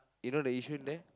you know the Yishun there